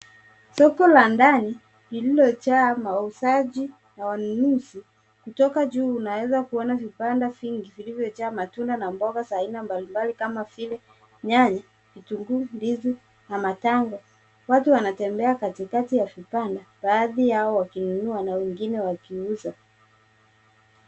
Soko la ndani liliojaa wauzaji na wanunuzi. Kutoka juu unaweza kuona vibanda vingi vilivyojaa matunda na mboga za aina mbalimbali kama nyanya, vitunguu, ndizi na matango. Watu wanatembea katikati ya vibanda. Baadhi ya vibanda wakinunua na baadhi yao wakiuza.